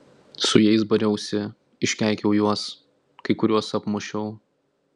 su jais bariausi iškeikiau juos kai kuriuos apmušiau